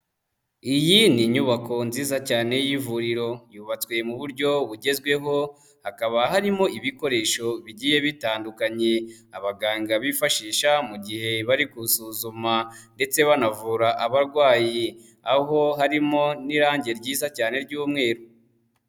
Iyi ni inyubako nziza cyane y'ivuriro, yubatswe mu buryo bugezweho, hakaba harimo ibikoresho bigiye bitandukanye. Abaganga bifashisha mu gihe bari gusuzuma ndetse banavura abarwayi, aho harimo n'irange ryiza cyane ry'umweru.